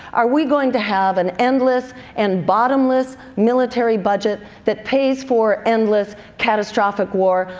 are we going to have an endless and bottomless military budget that pays for endless catastrophic war?